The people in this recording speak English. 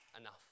enough